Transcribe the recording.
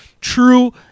true